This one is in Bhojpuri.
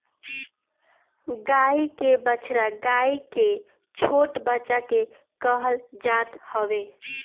गाई के बछड़ा गाई के छोट बच्चा के कहल जात हवे